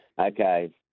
Okay